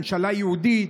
ממשלה יהודית,